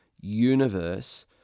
universe